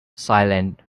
silent